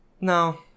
No